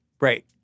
Right